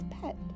pet